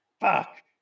fuck